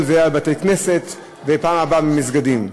זה היה בבתי-כנסת ובפעם הבאה במסגדים.